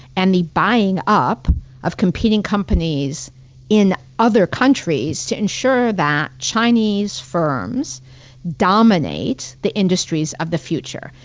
and the buying up of competing companies in other countries to ensure that chinese firms dominate the industries of the future.